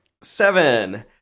seven